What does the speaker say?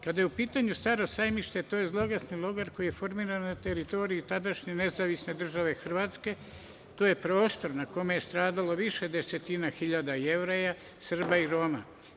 Kad je u pitanju Staro sajmište, to je zloglasni logor koji je formiran na teritoriji tadašnje nezavisne države Hrvatske, to je prostor na kome je stradalo više desetina hiljada Jevreja, Srba i Roma.